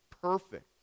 perfect